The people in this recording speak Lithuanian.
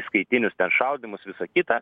įskaitinius ten šaudymus visa kita